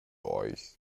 euch